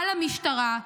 על המשטרה,